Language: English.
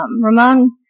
Ramon